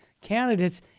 candidates